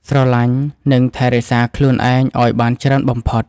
ស្រឡាញ់ និងថែរក្សាខ្លួនឯងឱ្យបានច្រើនបំផុត។